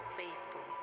faithful